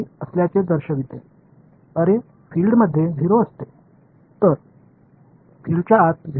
observer 1 குறும்புத்தனமாக இருப்பது 0 புலம் என்று கூறுகிறார்